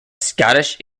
scottish